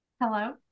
Hello